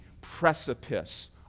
precipice